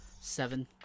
seven